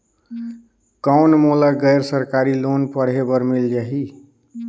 कौन मोला गैर सरकारी लोन पढ़े बर मिल जाहि?